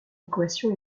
équation